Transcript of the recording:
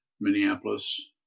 Minneapolis